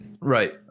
Right